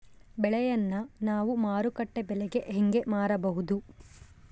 ಬೆಳೆಯನ್ನ ನಾವು ಮಾರುಕಟ್ಟೆ ಬೆಲೆಗೆ ಹೆಂಗೆ ಮಾರಬಹುದು?